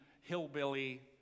hillbilly